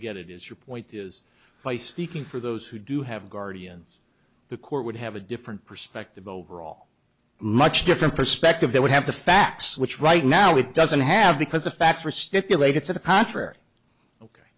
get it is your point is by speaking for those who do have guardians the court would have a different perspective overall much different perspective they would have the facts which right now it doesn't have because the facts are stipulated to the contrary